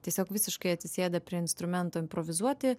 tiesiog visiškai atsisėda prie instrumento improvizuoti